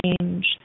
change